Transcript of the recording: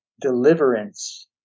Deliverance